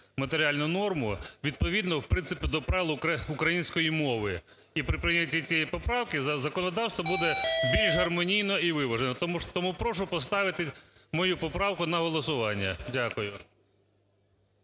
матеріальну норму відповідно, в принципі, до правил української мови. І при прийняті цієї поправки законодавство буде більш гармонійне і виважене. Тому прошу поставити мою поправку на голосування. Дякую.